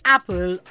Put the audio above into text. Apple